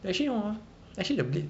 actually hor actually the blade